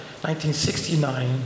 1969